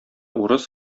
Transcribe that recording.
урыс